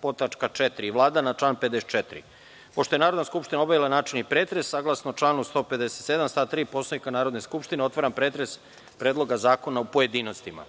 podtačka (4) i Vlada na član 54.Pošto je Narodna skupština obavila načelni pretres, saglasno članu 157. stav 3. Poslovnika Narodne skupštine, otvaram pretres Predloga zakona u pojedinostima.